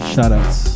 Shoutouts